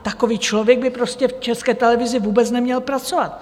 Takový člověk by prostě v České televizi vůbec neměl pracovat.